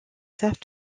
savent